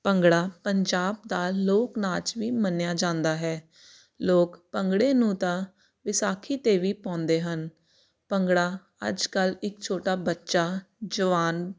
ਭੰਗੜਾ ਪੰਜਾਬ ਦਾ ਲੋਕ ਨਾਚ ਵੀ ਮੰਨਿਆ ਜਾਂਦਾ ਹੈ ਲੋਕ ਭੰਗੜੇ ਨੂੰ ਤਾਂ ਵਿਸਾਖੀ 'ਤੇ ਵੀ ਪਾਉਂਦੇ ਹਨ ਭੰਗੜਾ ਅੱਜ ਕੱਲ੍ਹ ਇੱਕ ਛੋਟਾ ਬੱਚਾ ਜਵਾਨ